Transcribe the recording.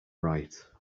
right